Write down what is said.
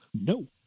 No